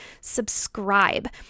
Subscribe